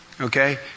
Okay